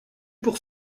pour